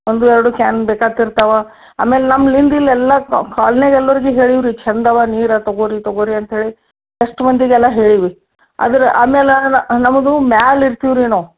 ಒಂದು ಎರಡು ಕ್ಯಾನ್ ಬೇಕಾಗ್ತಿರ್ತಾವೆ ಆಮೇಲೆ ನಮ್ಮಿಂದ ಎಲ್ಲ ಕಾಲ್ನ್ಯಾಗ ಎಲ್ಲರಿಗೂ ಹೇಳೀವಿ ರೀ ಚೆಂದ ಅವೆ ನೀರು ತೊಗೊಳ್ರಿ ತೊಗೊಳ್ರಿ ಅಂತ ಹೇಳಿ ಎಷ್ಟು ಮಂದಿಗೆ ಎಲ್ಲ ಹೇಳೀವಿ ಅದ್ರ ಆಮೇಲೇನಿಲ್ಲ ನಮ್ಮದು ಮ್ಯಾಲೆ ಇರ್ತೀವಿ ರೀ ನಾವು